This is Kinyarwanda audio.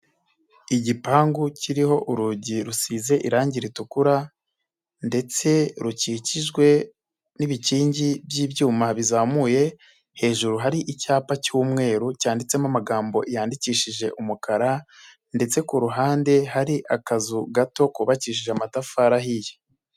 Igipangu kiriho urugi rusize irangi ritukura ndetse rukikijwe n'ibikingi by'ibyuma bizamuye, hejuru hari icyapa cy'umweru cyanditsemo amagambo yandikishije umukara ndetse ku ruhande hari akazu gato kubakishije amatafari ahiye.